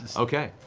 so okay.